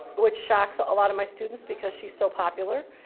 which shocks a lot of my students because she's so popular.